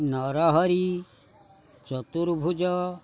Narahari Chaturbhuj